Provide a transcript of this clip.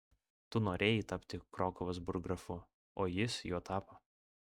tu norėjai tapti krokuvos burggrafu o jis juo tapo